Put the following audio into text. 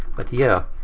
but yeah.